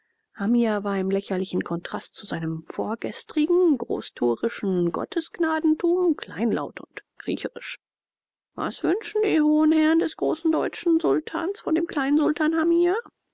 hamia war im lächerlichen kontrast zu seinem vorgestrigen großtuerischen gottesgnadentum kleinlaut und kriecherisch was wünschen die hohen herren des großen deutschen sultans von dem kleinen sultan hamia